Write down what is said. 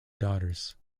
daughters